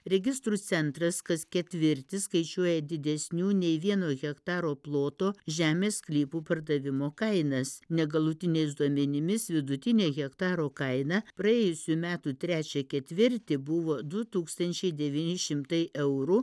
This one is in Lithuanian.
registrų centras kas ketvirtį skaičiuoja didesnių nei vieno hektaro ploto žemės sklypų pardavimo kainas negalutiniais duomenimis vidutinė hektaro kaina praėjusių metų trečią ketvirtį buvo du tūkstančiai devyni šimtai eurų